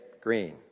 green